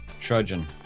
Trudging